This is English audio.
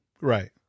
Right